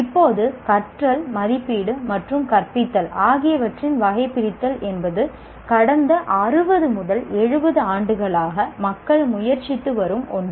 இப்போது கற்றல் மதிப்பீடு மற்றும் கற்பித்தல் ஆகியவற்றின் வகைபிரித்தல் என்பது கடந்த 60 70 ஆண்டுகளாக மக்கள் முயற்சித்து வரும் ஒன்று